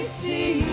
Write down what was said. see